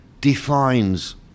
defines